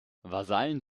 vasallen